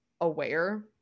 aware